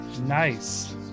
Nice